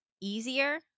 easier